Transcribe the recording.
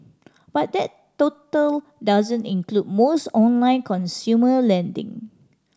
but that total doesn't include most online consumer lending